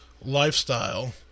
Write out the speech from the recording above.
Lifestyle